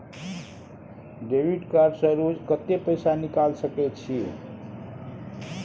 Debit card से रोज कत्ते पैसा निकाल सके छिये?